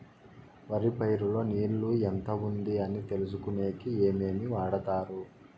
వరి పైరు లో నీళ్లు ఎంత ఉంది అని తెలుసుకునేకి ఏమేమి వాడతారు?